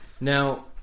Now